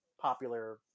popular